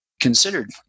considered